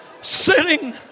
sitting